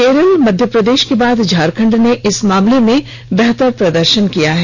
केरल मध्यप्रदेश के बाद झारखंड ने इस मामले में बेहतर प्रदर्षन किया है